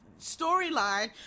storyline